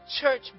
church